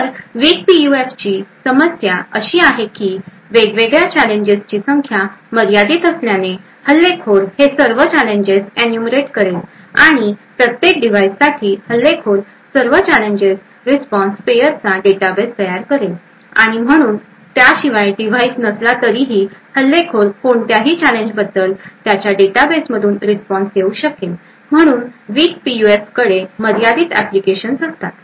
तर विक पीयूएफची समस्या अशी आहे की वेगवेगळ्या चॅलेंजेस ची संख्या मर्यादित असल्याने हल्लेखोर हे सर्व चॅलेंजेस एन्यूमरेट करेल आणि प्रत्येक डिव्हाइससाठी हल्लेखोर सर्व चॅलेंजेस रिस्पॉन्स पेयर चा डेटाबेस तयार करेल आणि म्हणून त्याशिवाय डिव्हाइस नसला तरीही हल्लेखोर कोणत्याही चॅलेंज बद्दल त्याच्या डेटाबेसमधून रिस्पॉन्स देऊ शकेल म्हणून विक पीयूएफकडे मर्यादित एप्लीकेशन्स असतात